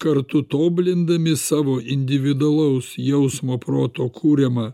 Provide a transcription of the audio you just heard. kartu tobulindami savo individualaus jausmo proto kuriamą